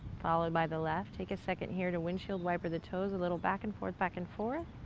followed by the left. take a second here to windshield wiper the toes, a little back and forth, back and forth.